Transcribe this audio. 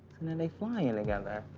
and then they flying and together.